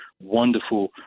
wonderful